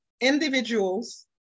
individuals